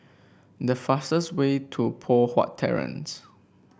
the fastest way to Poh Huat Terrace